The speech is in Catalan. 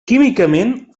químicament